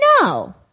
No